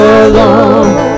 alone